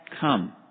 come